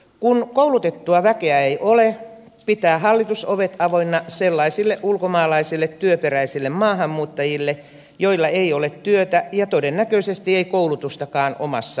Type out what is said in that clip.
kun koulutettua väkeä ei ole pitää hallitus ovet avoinna sellaisille ulkomaalaisille työperäisille maahanmuuttajille joilla ei ole työtä ja todennäköisesti ei koulutustakaan omassa maassaan